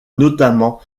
notamment